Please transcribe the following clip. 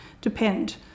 depend